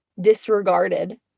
disregarded